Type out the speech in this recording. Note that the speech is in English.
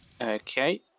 Okay